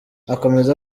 akomeza